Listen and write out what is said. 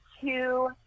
two